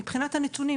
מבחינת הנתונים,